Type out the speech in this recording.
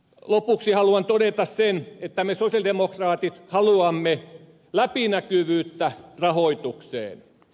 lopuksi haluan todeta sen että me sosialidemokraatit haluamme läpinäkyvyyttä rahoitukseen